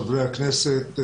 חברי הכנסת.